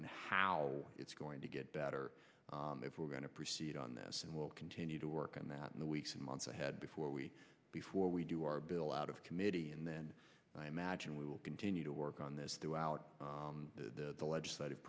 and how it's going to get better if we're going to proceed on this and we'll continue to work on that in the weeks and months ahead before we before we do our bill out of committee and then i imagine we will continue to work on this throughout the legislative